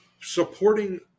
supporting